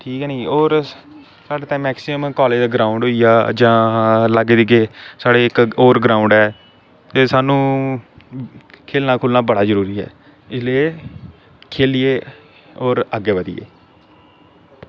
ठीक ऐ नी होर साढ़े ताईं मैक्सीमम कालेज दा ग्राउंड होई गेआ जां लागे देगे साढ़े इक होर ग्राउंड ऐ ते सानू खेलना खूलना बड़ा जरूरी ऐ इसलै खेलियै होर अग्गें बधियै